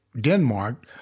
Denmark